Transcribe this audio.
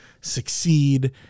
succeed